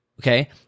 Okay